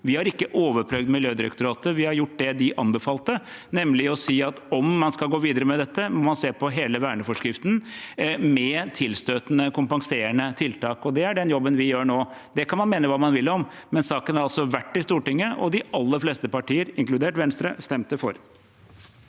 Vi har ikke overprøvd Miljødirektoratet. Vi har gjort det de anbefalte, nemlig å si at om man skal gå videre med dette, må man se på hele verneforskriften med tilstøtende, kompenserende tiltak. Det er den jobben vi gjør nå. Det kan man mene hva man vil om, men saken har altså vært i Stortinget, og de aller fleste partier, inkludert Venstre, stemte for.